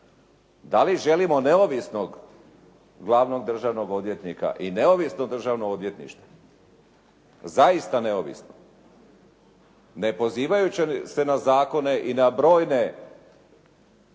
Da li želimo neovisnog glavnog državnog odvjetnika i neovisno državno odvjetništvo, zaista neovisno, ne pozivajući se na zakone i na brojne